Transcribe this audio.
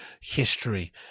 history